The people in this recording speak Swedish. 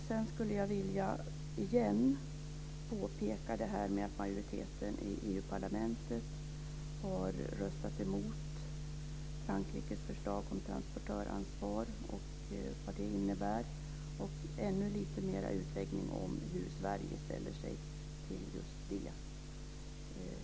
Sedan skulle jag igen vilja påpeka att majoriteten i EU-parlamentet har röstat emot Frankrikes förslag om transportörsansvar och vad det innebär. Jag skulle vilja ha ännu en utläggning om hur Sverige ställer sig till just det som EU-parlamentet har gjort.